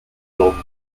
longest